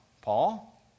Paul